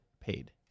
paid